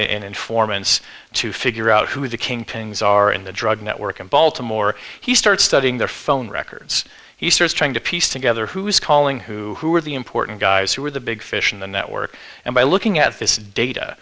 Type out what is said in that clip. informants to figure out who the king pins are in the drug network in baltimore he starts studying their phone records he starts trying to piece together who is calling who who are the important guys who are the big fish in the network and by looking at this data